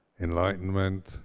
enlightenment